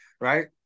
right